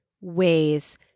ways